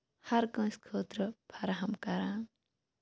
ہَر کٲنٛسہِ خٲطرٕ فَرہَم کران